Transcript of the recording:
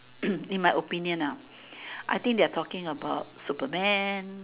in my opinion ah I think they're talking about Superman